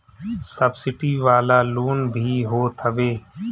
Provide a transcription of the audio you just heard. subsidy वाला loan भी होत हवे